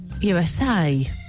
USA